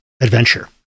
adventure